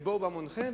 ו"בואו בהמוניכם".